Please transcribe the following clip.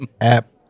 app